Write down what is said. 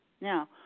Now